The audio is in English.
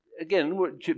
again